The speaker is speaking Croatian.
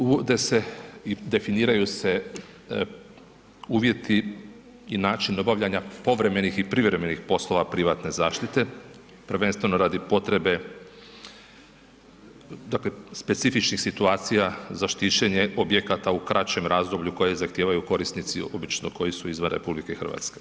Uvode se i definiraju se uvjeti i način obavljanja povremenih i privremenih poslova privatne zaštite prvenstveno radi potrebe, dakle specifičnih situacija za štićenje objekata u kraćem razdoblju koje zahtijevaju korisnici obično koji su izvan RH.